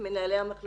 במיוחד